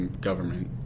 government